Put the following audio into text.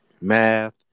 math